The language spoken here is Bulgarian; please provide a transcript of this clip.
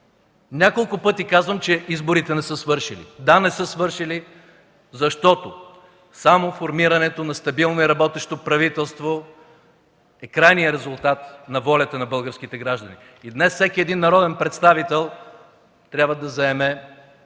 Няколко пъти казвам, че изборите не са свършили. Да, не са свършили, защото само формирането на стабилно и работещо правителство е крайният резултат на волята на българските граждани. Днес всеки един народен представител трябва да заеме